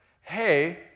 hey